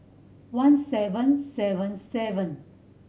one seven seven seven